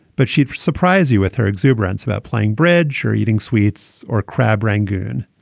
but she'd surprise you with her exuberance about playing bridge or eating sweets or crab. rangoon.